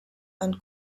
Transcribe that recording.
and